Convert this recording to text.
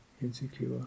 insecure